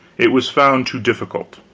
it was found too difficult.